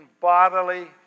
bodily